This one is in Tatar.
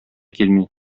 килми